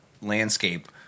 landscape